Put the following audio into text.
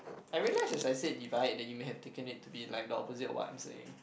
I realise is I say divide that you may have taken it to be like the opposite of what I'm saying